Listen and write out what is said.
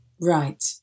Right